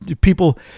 people